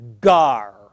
gar